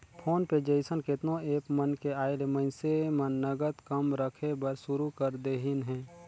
phone पे जइसन केतनो app मन के आयले मइनसे मन नगद कम रखे बर सुरू कर देहिन हे